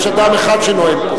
יש אדם אחד שנואם פה.